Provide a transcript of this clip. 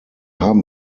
haben